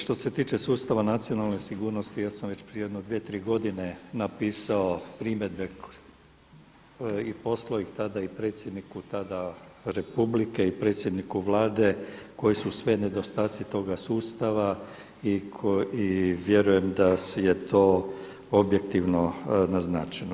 Što se tiče sustava nacionalne sigurnosti ja sam već prije jedno 2, 3 godine napisao primjedbe i poslao ih tada i predsjedniku tada Republike i predsjedniku Vlade koji su sve nedostaci toga sustava i vjerujem da je to objektivno naznačeno.